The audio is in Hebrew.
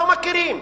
לא מכירים,